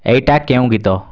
ଏଇଟା କେଉଁ ଗୀତ